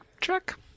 check